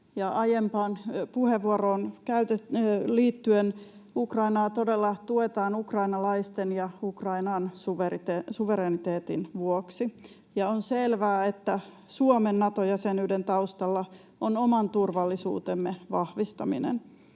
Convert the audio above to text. aiempaan puheenvuoroon liittyen: Ukrainaa todella tuetaan ukrainalaisten ja Ukrainan suvereniteetin vuoksi. Ja on selvää, että Suomen Nato-jäsenyyden taustalla on oman turvallisuutemme vahvistaminen.